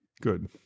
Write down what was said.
Good